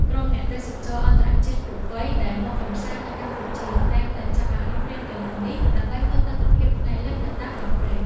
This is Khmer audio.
ក្រុមអ្នកទេសចរអន្តរជាតិគ្រប់វ័យដែលមកកម្សាន្តនៅកម្ពុជា តែងតែចាប់អារម្មណ៍រៀនកីឡានេះ ដើម្បីមើលទិដ្ឋភាពថ្ងៃលិចនៅតាមដងព្រែក។